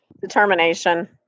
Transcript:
Determination